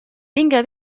vinga